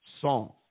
song